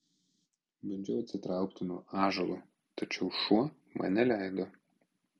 bandžiau atsitraukti nuo ąžuolo tačiau šuo man neleido